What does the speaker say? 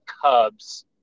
Cubs